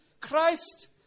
Christ